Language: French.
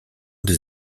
des